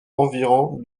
environ